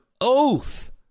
oath